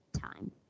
time